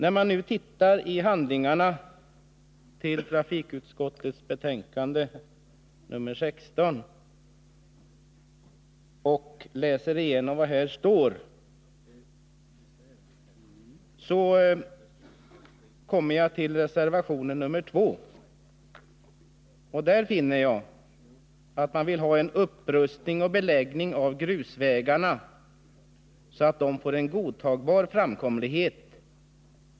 I reservation 2 i trafikutskottets betänkande nr 16 finner jag att reservanterna före en ökad komfort på de trafikstarka vägarna vill ha till stånd en upprustning och beläggning av grusvägarna, så att de får en godtagbar framkomlighet.